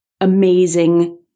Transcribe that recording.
amazing